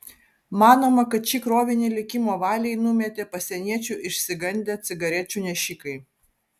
manoma kad šį krovinį likimo valiai numetė pasieniečių išsigandę cigarečių nešikai